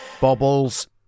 Bobbles